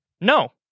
no